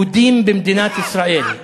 יהודים במדינת ישראל,